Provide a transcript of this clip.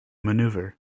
manoeuvre